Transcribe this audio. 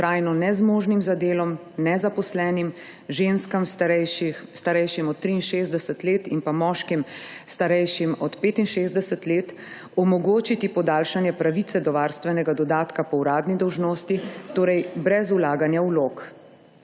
trajno nezmožnim za delo, nezaposlenim, ženskam, starejšim od 63 let in pa moškim starejših od 65 let, omogočiti podaljšanje pravice do varstvenega dodatka po uradni dolžnosti, torej brez vlaganja vlog.